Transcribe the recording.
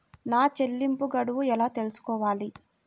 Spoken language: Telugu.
నా చెల్లింపు గడువు ఎలా తెలుసుకోవాలి?